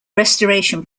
restoration